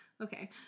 Okay